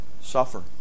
suffer